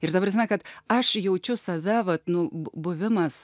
ir ta prasme kad aš jaučiu save vat nu bu buvimas